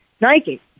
Nike